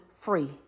free